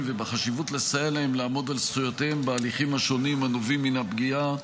ובחשיבות לסייע להם לעמוד על זכויותיהם בהליכים השונים הנובעים מן הפגיעה,